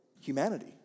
humanity